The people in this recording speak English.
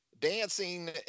dancing